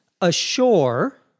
ashore